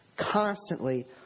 constantly